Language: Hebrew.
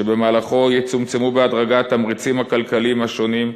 שבמהלכו יצומצמו בהדרגה התמריצים הכלכליים השונים,